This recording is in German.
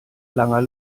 langer